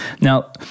Now